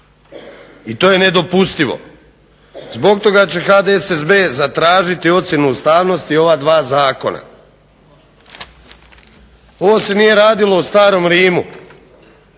I to je nedopustivo. Zbog toga će HDSSB zatražiti ocjenu ustavnosti ova dva Zakona. Ovo se nije radilo u starom Rimu